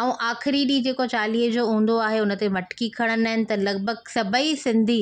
ऐं आख़िरी ॾींहुं जेको चालीहे जो हूंदो आहे उन ते मटकी खणंदा आहिनि त लॻभॻि सभेई सिंधी